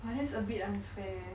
!wah! that's a bit unfair